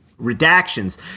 Redactions